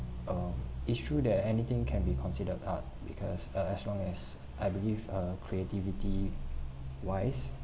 uh it's true that anything can be considered part because uh as long as I believe uh creativity wise